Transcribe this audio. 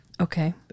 Okay